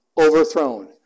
overthrown